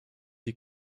die